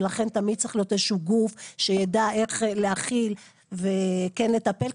ולכן תמיד צריך להיות איזשהו גוף שידע להכיל וכן לטפל,